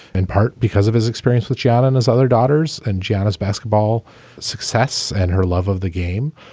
and part because of his experience with sharon, his other daughters, and jana's basketball success and her love of the game.